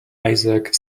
isaac